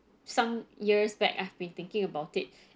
some years back I've been thinking about it